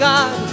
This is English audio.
God